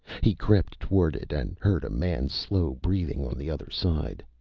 he crept toward it, and heard a man's slow breathing on the other side.